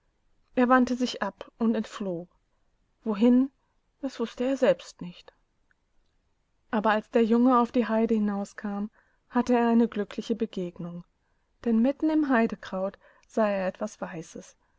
er wandte sich ab undentfloh wohin daswußteerselbstnicht aber als der junge auf die heide hinauskam hatte er eine glückliche begegnung denn mitten im heidekraut sah er etwas weißes